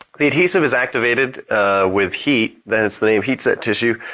the adhesive is activated with heat, then is the name heat-set tissue,